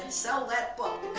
sell that book.